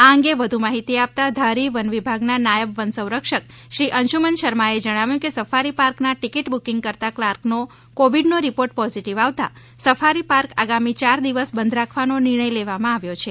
આ અંગે વધુ માહિતી આપતાં ધારી વન વિભાગના નાયબ વન સંરક્ષક શ્રી અંશુમન શર્માએ જણાવ્યું કે સફારી પાર્કના ટીકીટ બુકીંગ કરતા ક્લાર્કનો કોવીડનો રિપોર્ટ પોઝિટિવ આવતા સફારી પાર્ક આગામી ચાર દિવસ બંધ રાખવાનો નિર્ણય લેવામાં આવ્યો છે